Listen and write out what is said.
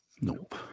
Nope